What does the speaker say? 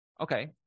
Okay